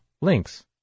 links